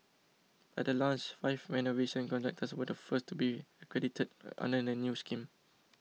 at the launch five renovation contractors were the first to be accredited under the new scheme